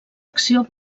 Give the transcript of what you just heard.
acció